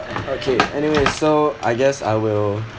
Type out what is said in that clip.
okay anyway so I guess I will